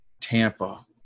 tampa